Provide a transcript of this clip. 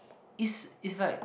it's it's like